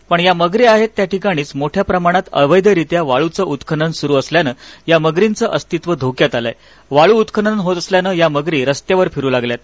पण या मगरी आहेत त्या ठिकाणीच मोठ्या प्रमाणत अवध्वरित्या वाळुच उत्खनन सुरु असल्याने या मगरींचे अस्तित्व धोक्यात आल आहे वाळू उत्खनन होत असल्याने या मगरी रस्त्यवर फिरू लागल्या आहेत